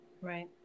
Right